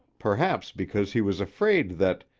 perhaps because he was afraid that,